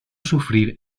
sufrir